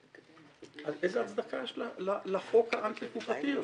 אז איזו הצדקה יש לחוק האנטי חוקתי הזה?